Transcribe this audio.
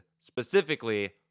specifically